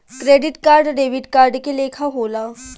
credit card debit card के लेखा होला